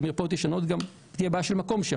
אלה מרפאות ישנות - תהיה בעיה של מקום.